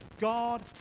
God